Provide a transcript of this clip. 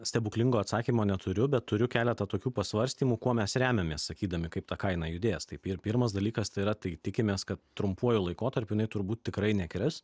stebuklingo atsakymo neturiu bet turiu keletą tokių pasvarstymų kuo mes remiamės sakydami kaip ta kaina judės taip ir pirmas dalykas tai yra tai tikimės kad trumpuoju laikotarpiu jinai turbūt tikrai nekris